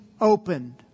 opened